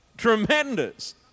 tremendous